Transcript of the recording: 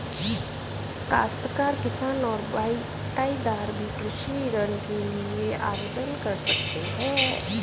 काश्तकार किसान और बटाईदार भी कृषि ऋण के लिए आवेदन कर सकते हैं